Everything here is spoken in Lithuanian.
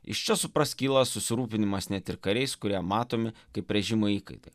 iš čia suprask kyla susirūpinimas ne tik kariais kurie matomi kaip režimo įkaitai